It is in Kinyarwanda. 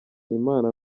imana